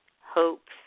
hopes